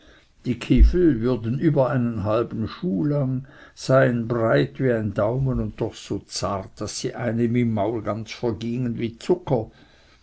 die kifel würden über einen halben schuh lang seien breit wie ein daumen und doch so zart daß sie einem im maul ganz vergingen wie zucker